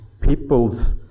people's